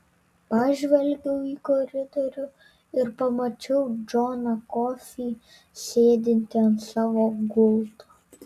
pažvelgiau į koridorių ir pamačiau džoną kofį sėdintį ant savo gulto